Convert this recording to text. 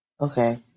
Okay